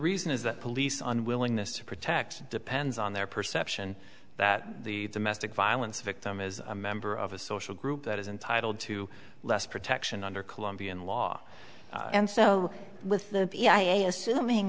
reason is that police unwillingness to protect depends on their perception that the domestic violence victim is a member of a social group that is entitled to less protection under colombian law and so with the b i am assuming